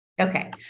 Okay